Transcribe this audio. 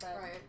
Right